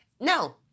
No